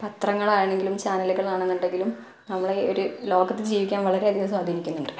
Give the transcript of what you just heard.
പത്രങ്ങളാണെങ്കിലും ചാനലുകളാണെന്നുണ്ടെങ്കിലും നമ്മളെ ഈ ഒരു ലോകത്ത് ജീവിക്കാൻ വളരെ അധികം സ്വാധീനിക്കുന്നുണ്ട്